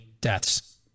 deaths